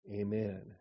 Amen